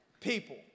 People